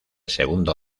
segundo